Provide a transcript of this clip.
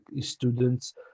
students